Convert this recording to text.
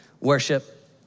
worship